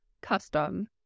custom